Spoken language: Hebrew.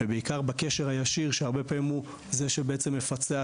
בעיקר בקשר הישיר שהרבה פעמים הוא זה שבעצם מפצח